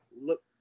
look